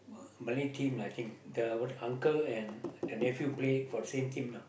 Malay team lah I think the what uncle and the nephew play for the same team lah